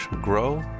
grow